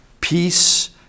peace